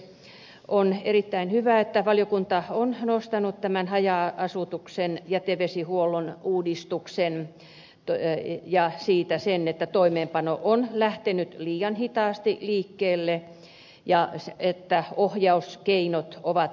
toiseksi on erittäin hyvä että valiokunta on nostanut esille tämän haja asutuksen jätevesihuollon uudistuksen ja siitä sen että toimeenpano on lähtenyt liian hitaasti liikkeelle ja että ohjauskeinot ovat riittämättömät